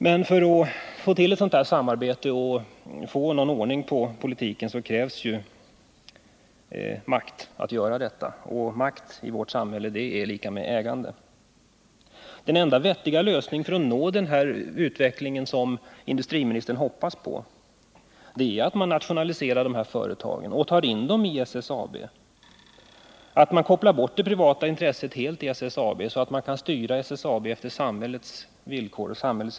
Men för att få till stånd ett sådant samarbete och få någon ordning på politiken krävs ju makt — och makt är i vårt samhälle lika med ägande. Den enda vettiga lösningen för att åstadkomma den utveckling som också industriministern hoppas på är att man nationaliserar de här företagen och tar in dem i SSAB, att man helt kopplar bort det privata intresset i SSAB så att man kan styra SSAB på samhällets utvecklingsvillkor.